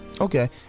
okay